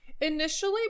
Initially